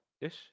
ish